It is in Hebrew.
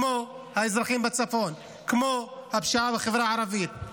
כמו האזרחים בצפון, כמו הפשיעה בחברה הערבית,